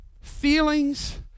Feelings